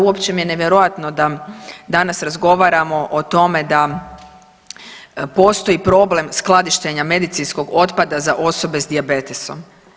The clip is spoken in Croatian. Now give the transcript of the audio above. Uopće mi je nevjerojatno da danas razgovaramo o tome da postoji problem skladištenja medicinskog otpada za osobe s dijabetesom.